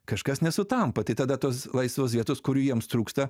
kažkas nesutampa tai tada tos laisvos vietos kurių jiems trūksta